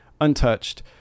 untouched